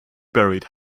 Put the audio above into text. buried